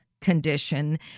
condition